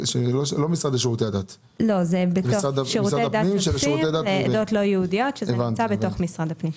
שזאת תכנית שירותי דת שוטפים לעדות הלא יהודיות במשרד הפנים.